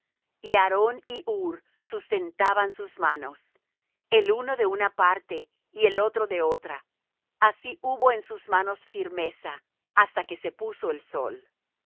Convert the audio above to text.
y aarón y hur sustentaban sus manos el uno de una parte y el otro de otra así hubo en sus manos firmeza hasta que se puso el sol